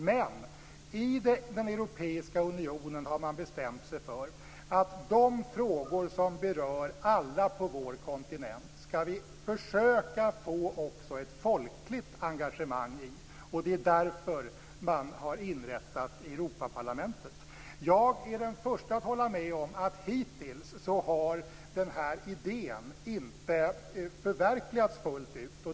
Men i den europeiska unionen har man bestämt sig för att man skall försöka att få också ett folkligt engagemang i de frågor som berör alla på vår kontinent. Det är därför man har inrättat Europaparlamentet. Jag är den första att hålla med om att denna idé hittills inte har förverkligats fullt ut.